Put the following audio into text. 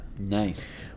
Nice